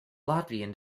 latvian